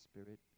Spirit